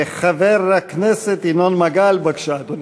חבר הכנסת ינון מגל, בבקשה, אדוני.